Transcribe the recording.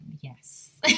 yes